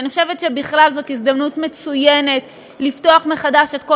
ואני חושבת שבכלל זאת הזדמנות מצוינת לפתוח מחדש את כל